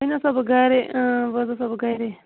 ونۍ آسان بہٕ گرے ونۍ حظ آسان بہٕ گرے